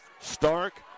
Stark